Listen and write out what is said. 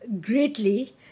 greatly